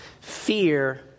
Fear